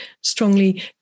strongly